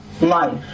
life